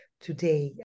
today